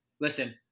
listen